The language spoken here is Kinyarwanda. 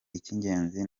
icy’ingenzi